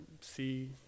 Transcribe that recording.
see